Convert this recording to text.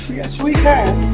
yes we can